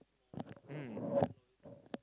mm